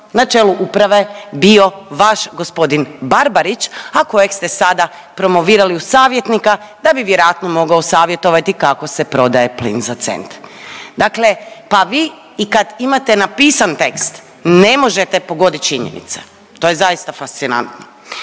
na čelu uprave bio vaš gospodin Barbarić, a kojeg ste sada promovirali u savjetnika da bi vjerojatno mogao savjetovati kako se prodaje plin za cent. Dakle pa vi i kad imate napisan tekst ne možete pogodit činjenice, to je zaista fascinantno.